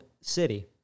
city